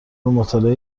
مطالعه